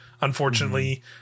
unfortunately